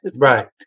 right